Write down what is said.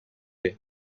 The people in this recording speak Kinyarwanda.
ajya